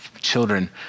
children